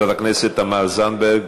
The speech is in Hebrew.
מוותרת, חברת הכנסת תמר זנדברג,